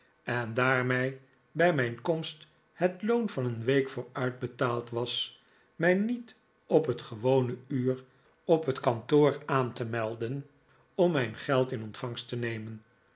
en daar mij bij mijn komst het loon van een week vooruitbetaald was mij niet op het gewone uur op het kantoor aan te melden om mijn geld in ontvangst te nemen